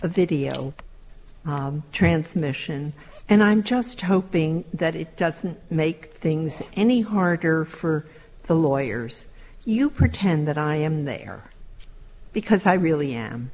a video transmission and i'm just hoping that it doesn't make things any harder for the lawyers you pretend that i am there because i really am